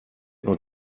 not